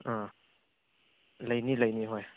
ꯑꯥ ꯂꯩꯅꯤ ꯂꯩꯅꯤ ꯍꯣꯏ